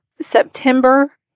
September